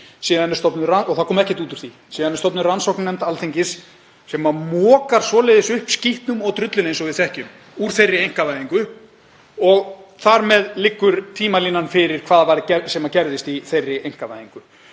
og það kom ekkert út úr því. Síðan er stofnuð rannsóknarnefnd Alþingis sem mokar svoleiðis upp skítnum og drullunni eins og við þekkjum úr þeirri einkavæðingu og þar með liggur tímalínan fyrir, hvað það var sem gerðist í þeirri einkavæðingu.